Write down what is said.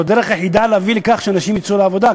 הדרך היחידה להביא לכך שאנשים יצאו לעבודה,